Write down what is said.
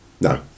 no